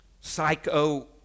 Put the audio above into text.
psycho